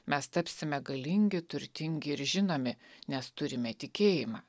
mes tapsime galingi turtingi ir žinomi nes turime tikėjimą